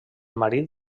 marit